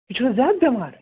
یہِ چھِ حظ زیادٕ بیٚمار